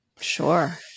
Sure